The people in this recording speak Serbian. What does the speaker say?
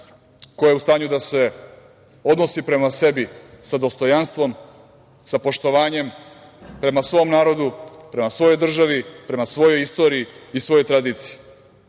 koja je u stanju da se odnosi prema sebi sa dostojanstvom, sa poštovanjem, prema svom narodu, prema svojoj državi, prema svojoj istoriji i svojoj tradiciji,